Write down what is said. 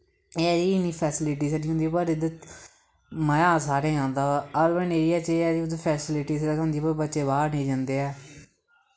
एह् ऐ कि इन्नी फैसलिटी जिन्नी पर इद्धर मज़ा सारें गी आंदा अर्बन एरिया च एह् ऐ कि उद्धर फैसलिटी ते थ्होंदी ब बच्चे बाह्र नी जंदे ऐ